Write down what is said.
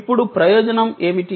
ఇప్పుడు ప్రయోజనం ఏమిటి